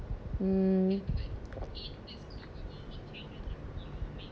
mm